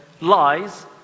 lies